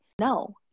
no